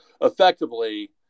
effectively